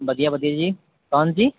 ਵਧੀਆ ਵਧੀਆ ਜੀ ਕੌਣ ਜੀ